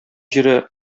җире